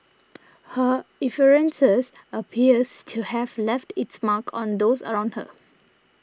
her effervescence appears to have left its mark on those around her